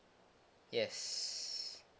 yes